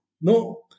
No